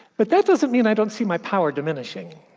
but that doesn't mean i don't see my power diminishing.